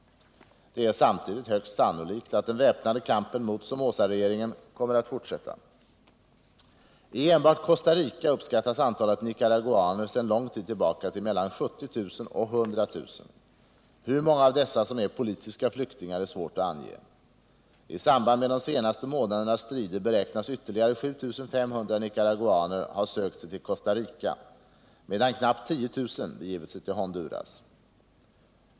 Det är samtidigt högst sannolikt att den väpnade kampen mot Somozaregeringen kommer att fortsätta. I enbart Costa Rica uppskattas antalet nicaraguaner sedan lång tid tillbaka till mellan 70 000 och 100 000. Hur många av dessa som är politiska flyktingar är svårt att ange. I samband med de senaste månadernas strider beräknas ytterligare 7 500 nicaraguaner ha sökt sig till Costa Rica, medan knappt 10 000 begivit sig till Honduras.